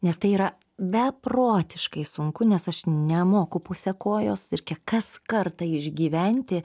nes tai yra beprotiškai sunku nes aš nemoku puse kojos reikia kas kartą išgyventi